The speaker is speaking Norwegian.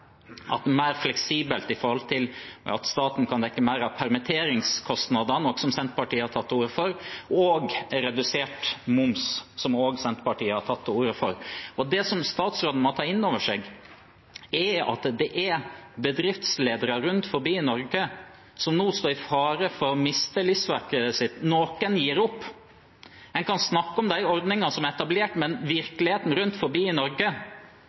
at staten kan dekke mer av permitteringskostnadene, noe Senterpartiet har tatt til orde for, og redusert moms, som Senterpartiet også har tatt til orde for. Det statsråden må ta inn over seg, er at det er bedriftsledere rundt om i Norge som nå står i fare for å miste livsverket sitt. Noen gir opp. En kan snakke om de ordningene som er etablert, men virkeligheten rundt om i Norge